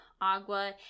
agua